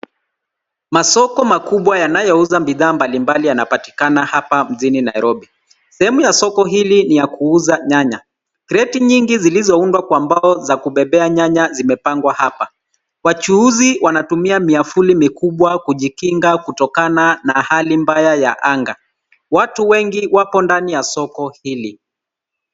Masoko makubwa yanayouza bidhaa mbalimbali yanapatikana hapa mjini Nairobi. Sehemu ya soko hili ni ya kuuza nyanya. Kreti nyingi zilizoundwa kwa mbao za kubebea nyanya zimepangwa hapa. Wachuuzi wanatumia miavuli mikubwa kujikinga kutokana na hali mbaya ya anga. Watu wengi wako ndani ya soko hili.